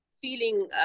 feeling